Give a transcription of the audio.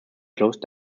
closed